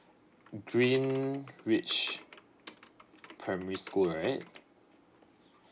green ridge primary school right